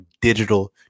digital